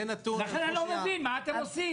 זה נתון --- לכן אני לא מבין מה אתם עושים.